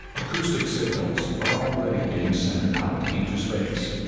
acoustic signals are already being sent out into space